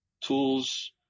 tools